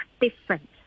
different